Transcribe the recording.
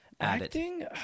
acting